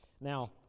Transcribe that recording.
Now